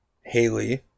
Haley